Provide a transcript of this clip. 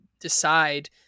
decide